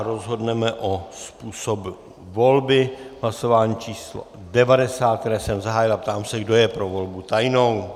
Rozhodneme o způsobu volby v hlasování číslo 90, které jsem zahájil, a ptám se, kdo je pro volbu tajnou.